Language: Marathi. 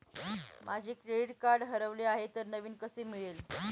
माझे क्रेडिट कार्ड हरवले आहे तर नवीन कसे मिळेल?